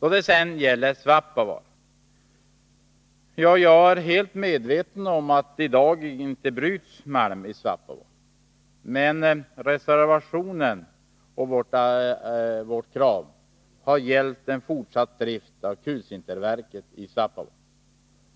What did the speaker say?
Då det sedan gäller Svappavaara är jag helt medveten om att det i dag inte bryts malm i Svappavaara. Reservationen och vårt krav har dock gällt fortsatt drift av kulsinterverket i Svappavaara